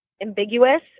ambiguous